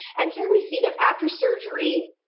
and here we see that after surgery.